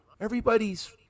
Everybody's –